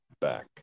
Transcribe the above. back